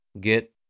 get